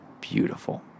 beautiful